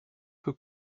peu